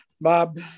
Bob